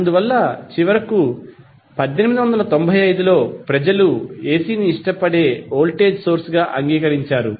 అందువల్ల చివరకు 1895 లో ప్రజలు AC ని ఇష్టపడే వోల్టేజ్ సోర్స్ గా అంగీకరించారు